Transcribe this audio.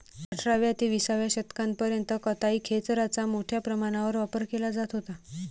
अठराव्या ते विसाव्या शतकापर्यंत कताई खेचराचा मोठ्या प्रमाणावर वापर केला जात होता